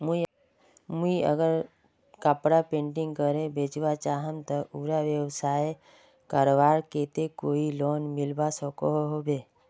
मुई अगर कपड़ा पेंटिंग करे बेचवा चाहम ते उडा व्यवसाय करवार केते कोई लोन मिलवा सकोहो होबे?